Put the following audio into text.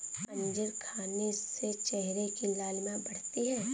अंजीर खाने से चेहरे की लालिमा बढ़ती है